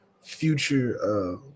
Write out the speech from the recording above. future